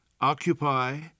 occupy